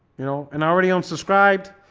you know and i already unsubscribed